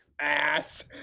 ass